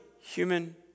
human